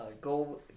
go